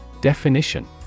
Definition